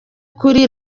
kuri